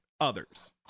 others